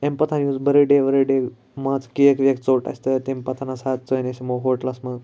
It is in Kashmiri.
امہِ پَتہٕ یُس بٔرتھ ڈے ؤرتھ ڈے مان ژٕ کیک ویک ژوٚٹ اَسہِ تہٕ تمہِ پَتہٕ ہَسا ژٲنۍ أسۍ یِمو ہوٹلَس مَنٛز